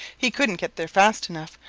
he couldn't get there fast enough,